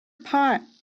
pot